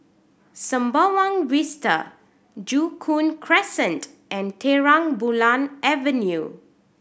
Sembawang Vista Joo Koon Crescent and Terang Bulan Avenue